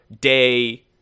day